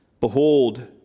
Behold